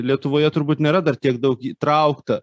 lietuvoje turbūt nėra dar tiek daug įtraukta